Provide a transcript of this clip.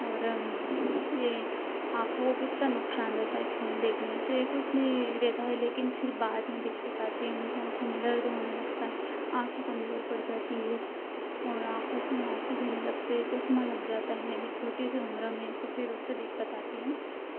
और यह आँखों को कितना नुकसान रहता है फ़ोन देखने से कुछ नहीं रहता है लेकिन फिर बाद में दिक्कत आती है उनकी आँखों में दर्द होने लगता आँखें कमजोर पड़ जाती हे और आँखों से आँसू भी नहीं लगते चश्मा लग जाता है अभी छोटी सी उम्र में तो फिर उससे दिक्कत आती है न